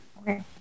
Okay